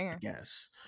yes